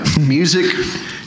music